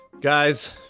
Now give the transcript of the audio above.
Guys